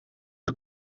een